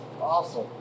awesome